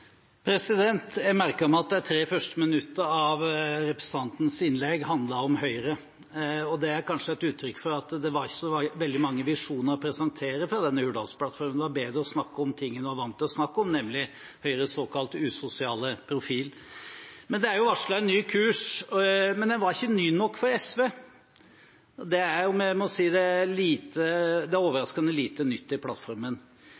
Jeg merket meg at de tre første minuttene av representantens innlegg handlet om Høyre. Det er kanskje et uttrykk for at det ikke er så mange visjoner å presentere fra denne Hurdalsplattformen. Det var bedre å snakke om ting man er vant til å snakke om, nemlig Høyres såkalt usosiale profil. Det er varslet en ny kurs, men den var ikke ny nok for SV. Jeg må si det er overraskende lite nytt i plattformen. Det er først i budsjettforhandlingene med SV vi vil få se hva som er